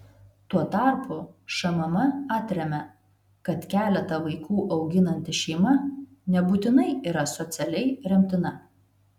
tuo tarpu šmm atremia kad keletą vaikų auginanti šeima nebūtinai yra socialiai remtina